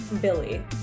Billy